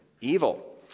evil